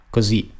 Così